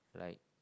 like